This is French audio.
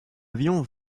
avion